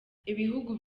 ibihugu